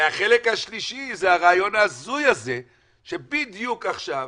והחלק השלישי זה הרעיון ההזוי הזה שבדיוק עכשיו,